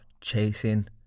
chasing